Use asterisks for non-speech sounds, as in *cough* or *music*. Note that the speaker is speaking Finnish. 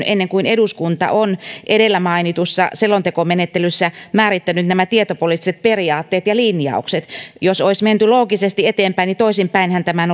*unintelligible* ennen kuin eduskunta on edellä mainitussa selontekomenettelyssä määrittänyt nämä tietopoliittiset periaatteet ja linjaukset jos olisi menty loogisesti eteenpäin niin toisinpäinhän tämän *unintelligible*